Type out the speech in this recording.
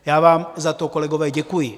Já vám za to, kolegové, děkuji.